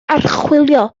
archwilio